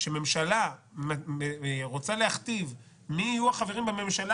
שממשלה רוצה להכתיב מי יהיו החברים בממשלה